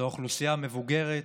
זאת האוכלוסייה המבוגרת,